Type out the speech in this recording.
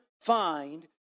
find